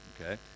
okay